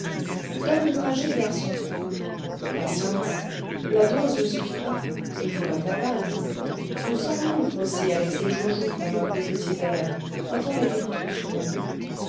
donne une dragée garçon patience la dose ne suffit pas il faut l'intervalle on s'enivre aussi avec ces joujoux qu'on nomme des petits verres quand on les vide trop souvent